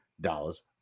dollars